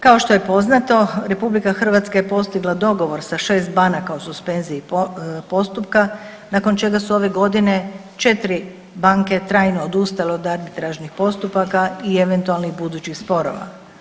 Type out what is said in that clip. Kao što je poznato, RH je postigla dogovor sa 6 banaka o suspenziji postupka nakon čega su ove godine 4 banke trajno odustale od arbitražnih postupaka i eventualnih budućih sporova.